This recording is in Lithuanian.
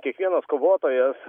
kiekvienas kovotojas